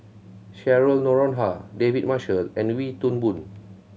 Cheryl Noronha David Marshall and Wee Toon Boon